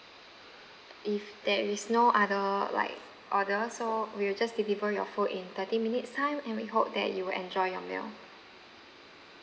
if there is no other like order so we'll just deliver your food in thirty minutes time and we hope that you will enjoy your meal